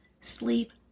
sleep